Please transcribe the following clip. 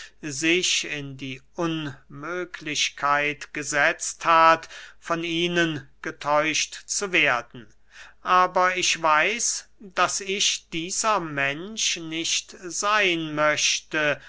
sich in die unmöglichkeit gesetzt hat von ihnen getäuscht zu werden aber ich weiß daß ich dieser mensch nicht seyn möchte